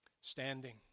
standing